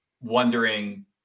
wondering